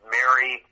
Mary